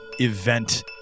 event